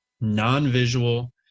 non-visual